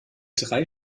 drei